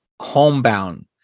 homebound